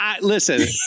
Listen